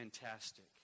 fantastic